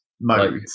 Modes